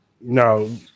No